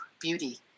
beauty